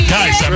Guys